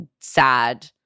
sad